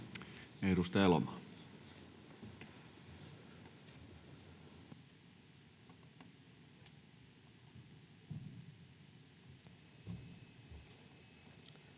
Edustaja Elomaa.